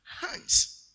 hands